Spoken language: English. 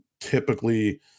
typically